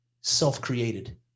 self-created